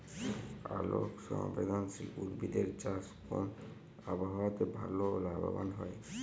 আলোক সংবেদশীল উদ্ভিদ এর চাষ কোন আবহাওয়াতে ভাল লাভবান হয়?